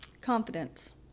Confidence